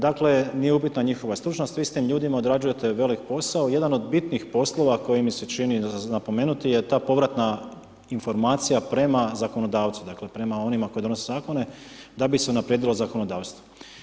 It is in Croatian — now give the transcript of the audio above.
Dakle, nije upitna njihova stručnost, vi s tim ljudima odrađujete velik posao, jedan od bitnih poslova koji mi se čini za napomenuti je ta povratna informacija prema zakonodavcu, dakle, prema onima koji donose zakone, da bi se unaprijedilo zakonodavstvo.